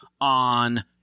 on